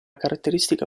caratteristica